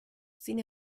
sin